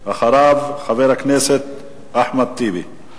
אחריו, חבר הכנסת אחמד טיבי,